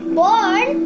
born